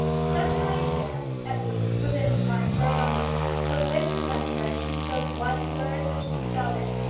such an idea, at least, was in his mind for a moment but when he left her she spoke one word which dispelled it.